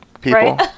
people